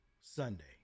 Sunday